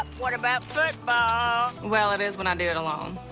what about football? well, it is when i do it alone.